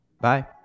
Bye